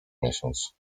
miesiąc